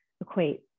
equate